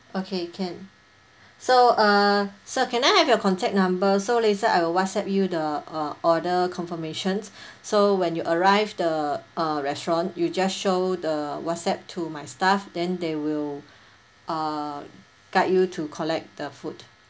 okay can so uh sir can I have your contact number so later I will what's app you the uh order confirmations so when you arrived the uh restaurant you just show the what's app to my staff then they will uh guide you to collect the food